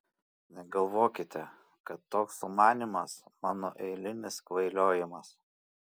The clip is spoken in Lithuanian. negalvokite kad toks sumanymas mano eilinis kvailiojimas